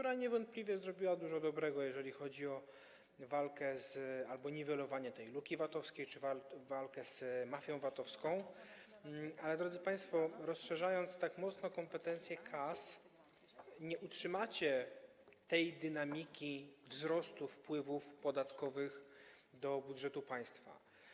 Ona niewątpliwie zrobiła dużo dobrego, jeżeli chodzi o niwelowanie tej luki VAT-owskiej czy walkę z mafią VAT-owską, ale, drodzy państwo, rozszerzając tak mocno kompetencje KAS, nie utrzymacie tej dynamiki wzrostu wpływów podatkowych do budżetu państwa.